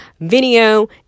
video